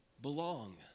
belong